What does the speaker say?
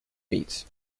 beets